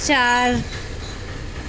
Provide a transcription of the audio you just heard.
ਚਾਰ